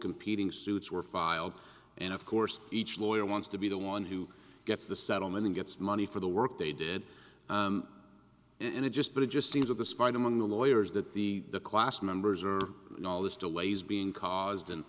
competing suits were filed and of course each lawyer wants to be the one who gets the settlement and gets money for the work they did it just but it just seems that the spite among the lawyers that the the class members are no this delays being caused and